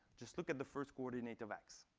just look at the first coordinate of x.